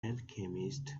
alchemist